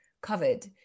covered